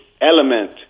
element